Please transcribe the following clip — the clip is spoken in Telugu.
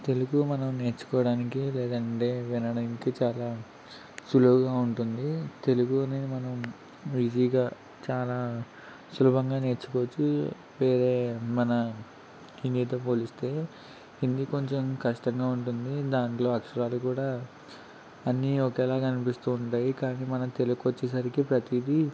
తెలుగు మనం నేర్చుకోవడానికి లేదంటే వినడానికి చాలా సులువుగా ఉంటుంది తెలుగు అనేది మనం ఈజీగా చాలా సులభంగా నేర్చుకోవచ్చు వేరే మన హిందీతో పోలిస్తే హిందీ కొంచెం కష్టంగా ఉంటుంది దాంట్లో అక్షరాలు కూడా అన్నీ ఒకేలాగ కనిపిస్తూ ఉంటాయి కానీ మనం తెలుగుకు వచ్చేసరికి ప్రతిదీ